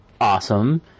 awesome